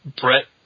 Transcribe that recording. Brett